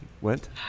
went